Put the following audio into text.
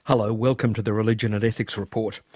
hello. welcome to the religion and ethics report.